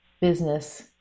business